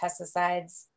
pesticides